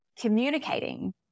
communicating